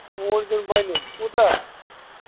توٗرۍ زیُن بَنہِ کوٗتاہ